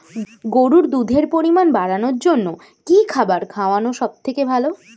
গরুর দুধের পরিমাণ বাড়ানোর জন্য কি খাবার খাওয়ানো সবথেকে ভালো?